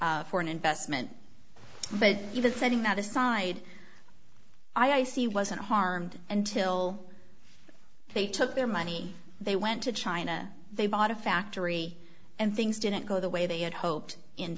support for an investment but even setting that aside i see wasn't harmed until they took their money they went to china they bought a factory and things didn't go the way they had hoped in